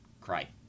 cry